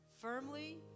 firmly